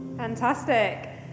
Fantastic